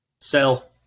Sell